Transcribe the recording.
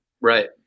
Right